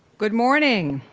good morning.